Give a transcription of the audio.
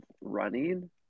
running